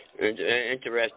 Interesting